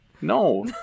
No